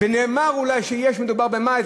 ונאמר אולי שמדובר במאי,